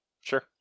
Sure